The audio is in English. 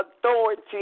authority